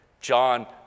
John